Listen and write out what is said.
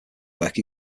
work